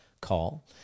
call